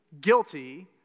guilty